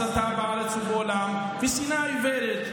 הסתה בארץ ובעולם ושנאה עיוורת.